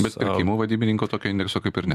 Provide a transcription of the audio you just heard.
bet pirkimų vadybininko tokio indekso kaip ir ne